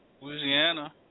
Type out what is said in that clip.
Louisiana